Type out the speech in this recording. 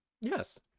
Yes